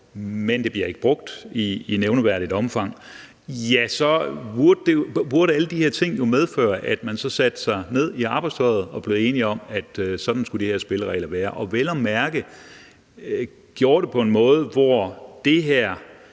men det bliver ikke brugt i nævneværdigt omfang. Ja, når det er sådan, burde alle de her ting jo medføre, at man med arbejdstøjet på satte sig ned og blev enige om, at sådan skulle de her spilleregler være, og at det vel at mærke blev gjort på en måde, hvor det her,